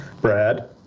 Brad